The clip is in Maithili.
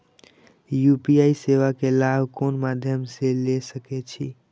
यू.पी.आई सेवा के लाभ कोन मध्यम से ले सके छी?